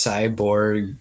Cyborg